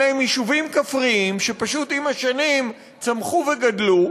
אלה הם יישובים כפריים שפשוט עם השנים צמחו וגדלו,